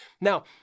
Now